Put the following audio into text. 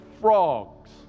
frogs